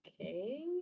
okay